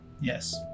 Yes